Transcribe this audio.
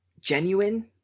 genuine